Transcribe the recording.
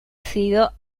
sido